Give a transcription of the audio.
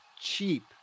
cheap